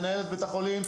מנהלת בית החולים,